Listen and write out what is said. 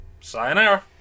sayonara